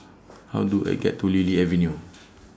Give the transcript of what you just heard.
How Do I get to Lily Avenue